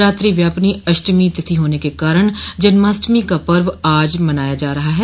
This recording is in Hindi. रात्रि व्यापिनी अष्टमी तिथि होने के कारण जन्माष्टमी का पर्व आज मनाया जा रहा है